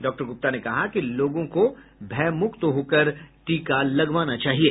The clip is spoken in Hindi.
डॉक्टर गुप्ता ने कहा कि लोगों को भयमुक्त होकर टीका लगवाना चाहिये